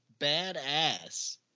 badass